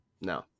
No